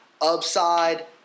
upside